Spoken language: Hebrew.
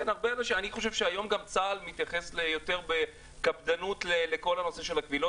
אני חושב שהיום צה"ל מתייחס יותר בקפדנות לכל הנושא של הקבילות